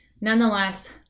nonetheless